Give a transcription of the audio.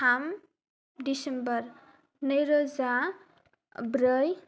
थाम दिसेम्बर नैरोजा ब्रै